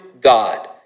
God